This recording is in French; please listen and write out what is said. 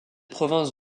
province